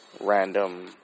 random